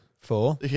four